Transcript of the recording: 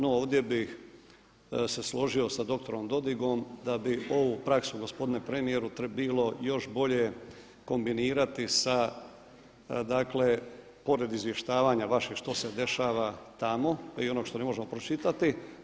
No, ovdje bih se složio sa doktorom Dodigom da bi ovu praksu gospodine premijeru bilo još bolje kombinirati sa, dakle pored izvještavanja vašeg što se dešava tamo, pa i onog što ne možemo pročitati.